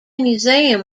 museum